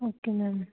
okay ma'am